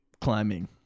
climbing